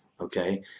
Okay